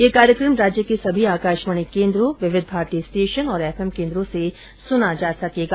यह कार्यक्रम राज्य के सभी आकाशवाणी केन्द्रों विविध भारती स्टेशन और एफएम केन्द्रों से सुना जा सकेगा